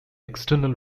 external